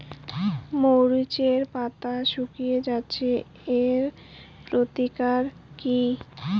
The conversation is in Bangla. মরিচের পাতা শুকিয়ে যাচ্ছে এর প্রতিকার কি?